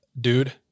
dude